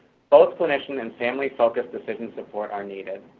both clinician and family focused decision-support are needed.